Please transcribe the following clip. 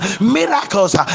miracles